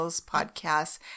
Podcasts